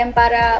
para